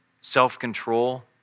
self-control